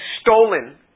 stolen